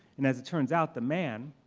and as it turns out, the man,